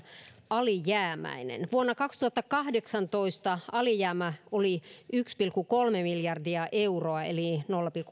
alijäämäinen vuonna kaksituhattakahdeksantoista alijäämä oli yksi pilkku kolme miljardia euroa eli nolla pilkku